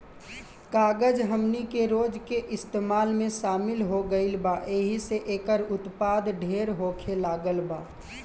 कागज हमनी के रोज के इस्तेमाल में शामिल हो गईल बा एहि से एकर उत्पाद ढेर होखे लागल बा